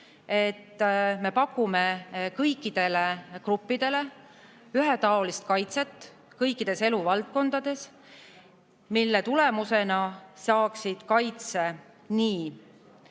et me pakume kõikidele gruppidele ühetaolist kaitset kõikides eluvaldkondades, mille tulemusena saaksid kaitse